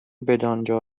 بدانجا